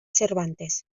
cervantes